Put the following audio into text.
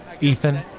Ethan